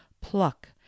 pluck